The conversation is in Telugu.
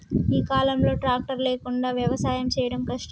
ఈ కాలం లో ట్రాక్టర్ లేకుండా వ్యవసాయం చేయడం కష్టం